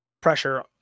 pressure